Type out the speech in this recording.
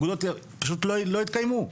הם פשוט לא יתקיימו.